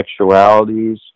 sexualities